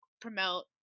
promote